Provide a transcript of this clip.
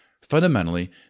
Fundamentally